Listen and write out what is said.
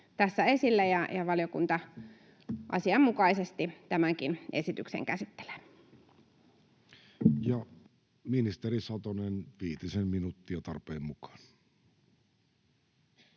tässä esille, ja valiokunta asianmukaisesti tämänkin esityksen käsittelee. Ministeri Satonen, viitisen minuuttia tarpeen mukaan.